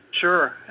Sure